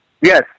Yes